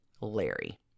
Larry